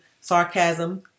sarcasm